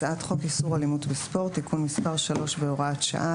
"הצעת חוק איסור אלימות בספורט (תיקון מס' 3 והוראת שעה),